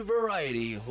Variety